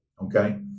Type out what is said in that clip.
Okay